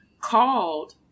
called